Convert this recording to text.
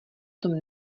tom